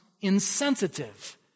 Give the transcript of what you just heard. insensitive